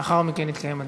לאחר מכן יתקיים הדיון.